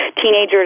teenagers